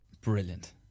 Brilliant